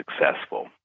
successful